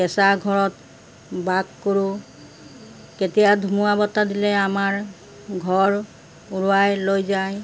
কেঁচা ঘৰত বাস কৰোঁ কেতিয়া ধুমুহা বতাহ দিলে আমাৰ ঘৰ উৰুৱাই লৈ যায়